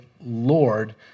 Lord